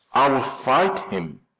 i'll fight him,